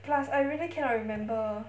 plus I really cannot remember